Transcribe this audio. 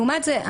לעומת זה,